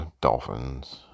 Dolphins